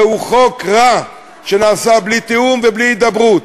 זהו חוק רע, שנעשה בלי תיאום ובלי הידברות,